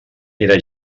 era